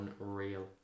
unreal